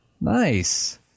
Nice